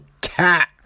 Cat